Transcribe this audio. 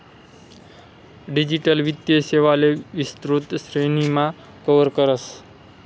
digital वित्तीय सेवांले विस्तृत श्रेणीमा कव्हर करस